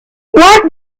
what